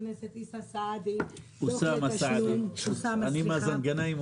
אוסאמה סעדי --- אני מאזן גנאים,